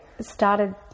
started